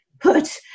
put